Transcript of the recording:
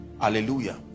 hallelujah